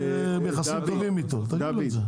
אבל דוד,